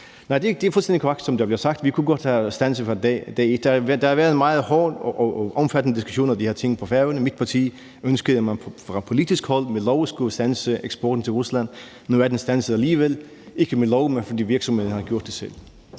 Nej, det er fuldstændig korrekt, som der bliver sagt. Vi kunne godt have standset fra dag et. Der har været en meget hård og omfattende diskussion af de her ting på Færøerne. Mit parti ønskede, at man fra politisk hold ved lov skulle standse eksporten til Rusland. Nu er den standset alligevel, ikke ved lov, men fordi virksomhederne har gjort det selv.